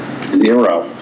Zero